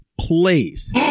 place